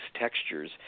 textures